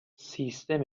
سیستم